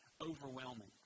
overwhelming